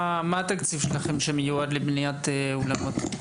מה התקציב שלכם שמיועד לבניית אולמות?